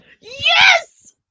Yes